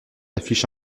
affiche